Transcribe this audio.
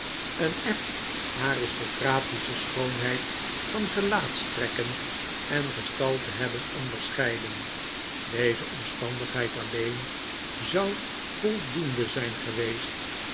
een echt aristocratische schoonheid van gelaatstrekken en gestalte hebben onderscheiden deze omstandigheid alleen zou voldoende zijn geweest